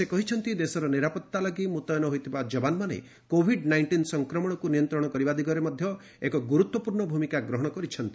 ସେ କହିଛନ୍ତି ଦେଶର ନିରାପତ୍ତା ଲାଗି ମୁତୟନ ହୋଇଥିବା ଯବାନମାନେ କୋଭିଡ୍ ନାଇଣ୍ଟିନ୍ ସଂକ୍ରମଣକୁ ନିୟନ୍ତ୍ରଣ କରିବା ଦିଗରେ ମଧ୍ୟ ଏକ ଗୁରୁତ୍ୱପୂର୍ଣ୍ଣ ଭୂମିକା ଗ୍ରହଣ କରୁଛନ୍ତି